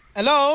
Hello